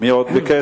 מי עוד ביקש?